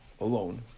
alone